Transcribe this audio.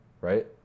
Right